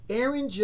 Aaron